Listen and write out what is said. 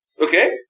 Okay